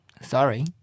sorry